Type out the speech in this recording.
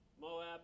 Moab